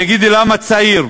תאגידי מים,